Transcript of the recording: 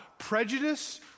prejudice